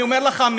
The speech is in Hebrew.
אני אומר לך,